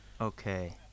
Okay